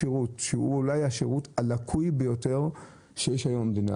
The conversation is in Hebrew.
זה אולי השירות הלקוי ביותר שיש היום במדינה,